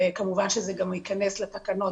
וכמובן שזה גם ייכנס לתקנות,